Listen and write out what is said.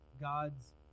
God's